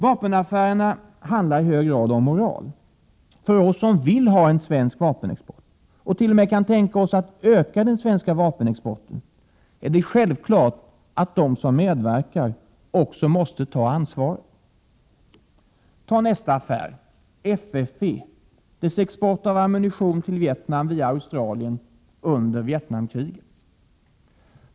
Vapenaffärerna handlar i hög grad om moral. För oss som vill ha en svensk vapenexport, och t.o.m. kan tänka oss att öka den, är det självklart att de . som medverkar också måste ta ansvaret. Ta nästa affär, med FFV och dess export av ammunition till Vietnam via Australien under Vietnamkriget!